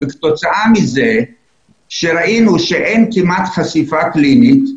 כתוצאה מזה שראינו שאין כמעט חשיפה קלינית,